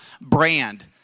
brand